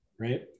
Right